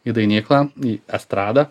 į dainyklą į estradą